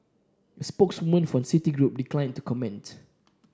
a spokeswoman for Citigroup declined to comment